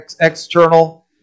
external